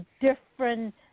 different